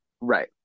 right